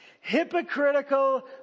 hypocritical